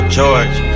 George